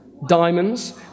diamonds